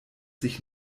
sich